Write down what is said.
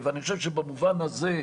אני חושב שבמובן הזה,